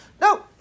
No